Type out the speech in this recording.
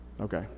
okay